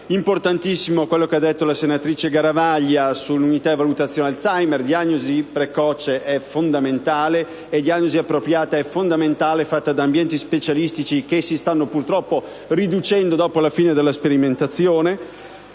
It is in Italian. importantissimo quello che ha detto la senatrice Garavaglia sull'unità di valutazione Alzheimer: la diagnosi precoce e appropriata è fondamentale e deve essere fatta da ambienti specialistici, che si stanno purtroppo riducendo dopo la fine della sperimentazione.